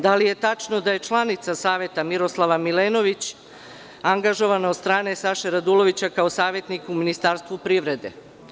Da li je tačno da je članica Saveta Miroslava Milenović angažovana od strane Saše Radulovića kao savetnik u Ministarstvu privrede?